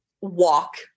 walk